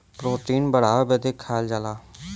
protein बढ़ावे बदे खाएल जाला